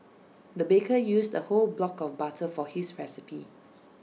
the baker used A whole block of butter for his recipe